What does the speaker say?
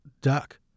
Duck